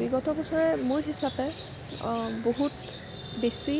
বিগত বছৰে মোৰ হিচাপে বহুত বেছি